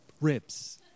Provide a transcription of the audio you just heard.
ribs